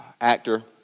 actor